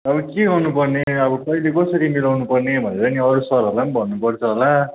अब के गर्नुपर्ने अब कहिले कसरी मिलाउनु पर्ने भनेर नि अरू सरहरूलाई पनि भन्नुपर्छ होला